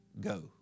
go